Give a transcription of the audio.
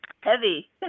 Heavy